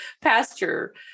pasture